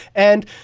and,